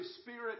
Spirit